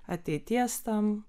ateities tam